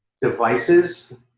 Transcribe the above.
devices